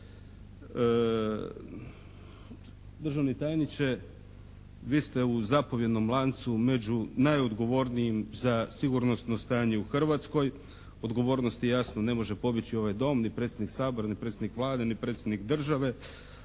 Državni tajniče, vi ste u zapovjednom lancu među najodgovornijim za sigurnosno stanje u Hrvatskoj. Odgovornosti jasno ne može pobjeći ovaj Dom, ni predsjednik Sabora ni predsjednik Vlade ni predsjednik države